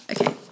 okay